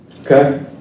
Okay